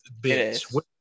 Bitch